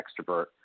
extrovert